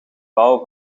bouwen